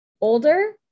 older